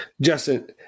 Justin